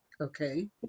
Okay